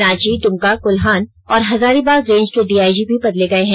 रांची दमका कोल्हान और हजारीबाग रेंज के डीआईजी भी बदले गए हैं